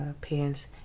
pants